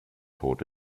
tot